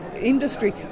industry